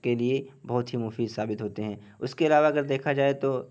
کے لیے بہت ہی مفید ثابت ہوتے ہیں اس کے علاوہ اگر دیکھا جائے تو